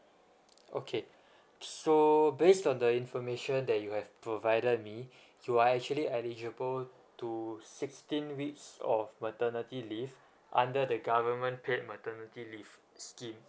okay so based on the information that you have provided me you're actually eligible to sixteen weeks of maternity leave under the government paid maternity leave scheme